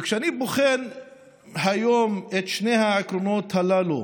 כשאני בוחן היום את שני העקרונות הללו,